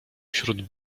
wśród